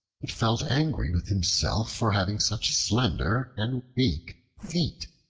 but felt angry with himself for having such slender and weak feet.